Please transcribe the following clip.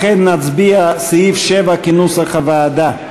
לכן נצביע על סעיף 7, כנוסח הוועדה.